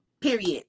period